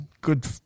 good